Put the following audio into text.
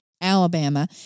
Alabama